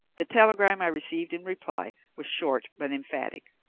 the telegram i received in reply was short but emphatic.